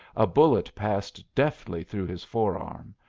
a bullet passed deftly through his forearm,